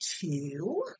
two